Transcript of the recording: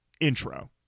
intro